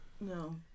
No